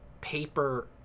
paper